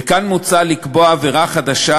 וכאן מוצע לקבוע עבירה חדשה,